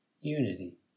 unity